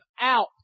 out